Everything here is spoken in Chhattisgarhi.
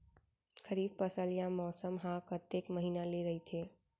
खरीफ फसल या मौसम हा कतेक महिना ले रहिथे?